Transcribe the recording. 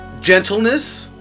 gentleness